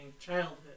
childhood